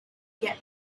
get